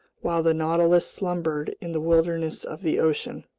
while the nautilus slumbered in the wilderness of the ocean.